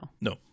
No